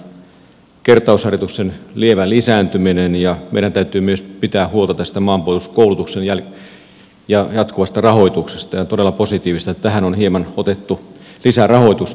juuri tämä kertausharjoitusten lievä lisääntyminen ja koska meidän täytyy myös pitää huolta tästä maanpuolustuskoulutuksen jatkuvasta rahoituksesta on todella positiivista että tähän on hieman otettu lisärahoitusta